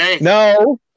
No